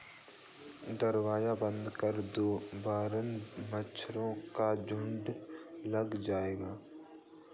दरवाज़ा बंद कर दो वरना मच्छरों का झुंड लग जाएगा